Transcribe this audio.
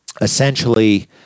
essentially